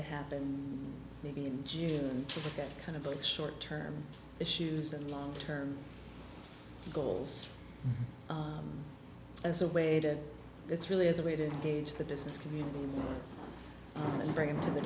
to happen maybe in june to look at kind of both short term issues and long term goals as a way to it's really as a way to engage the business community and bring him to the